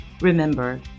Remember